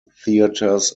theaters